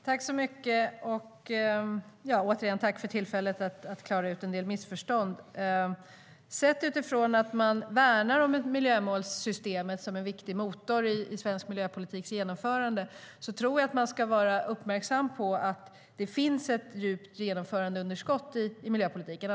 Herr talman! Jag tackar återigen för tillfället att klara ut en del missförstånd. Utifrån att man värnar om miljömålssystemet som en viktig motor i svensk miljöpolitiks genomförande tror jag att man ska vara uppmärksam på att det finns ett djupt genomförandeunderskott i miljöpolitiken.